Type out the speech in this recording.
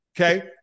Okay